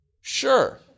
Sure